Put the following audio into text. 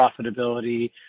profitability